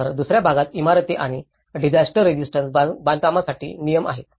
तर दुसर्या भागात इमारती आणि डिजास्टर रेजिस्टन्स बांधकामांसाठी नियम आहेत